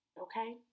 Okay